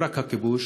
לא רק הכיבוש,